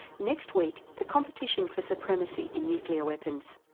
next week the competition for supremacy in nuclear weapons.